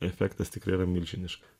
efektas tikrai yra milžiniškas